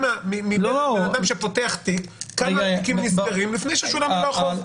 מתוך בני אדם שפותחים תיק כמה תיקים נסגרו מבלי שאדם שילם את החוב.